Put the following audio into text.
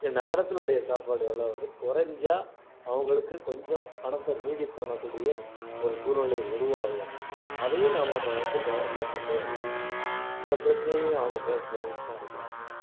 நகரத்தினுடைய சாப்பாடு வெலை வந்து கொறைஞ்சா அவங்களுக்கு கொஞ்சம் பணத்தை மீதி பண்ணக்கூடிய ஒரு சூழ்நிலை உருவாகும் அதை நாம் அங்கே வந்து கவனத்தில் கொண்டு வரலாம்ங்க இந்த பிரச்சனையும் அவங்க ஃபேஸ் பண்ணிட்டு தான் இருக்கிறாங்க